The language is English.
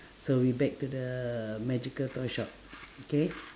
so we back to the magical toy shop k